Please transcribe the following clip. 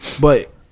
but-